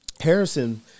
Harrison